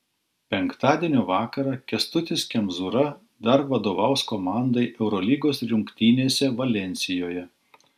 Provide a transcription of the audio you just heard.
penktadienio vakarą kęstutis kemzūra dar vadovaus komandai eurolygos rungtynėse valensijoje